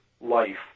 life